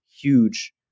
huge